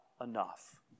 enough